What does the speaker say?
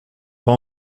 pas